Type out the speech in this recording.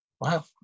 Wow